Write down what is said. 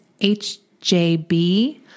HJB